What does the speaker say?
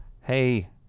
hey